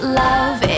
love